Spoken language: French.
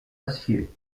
acier